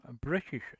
British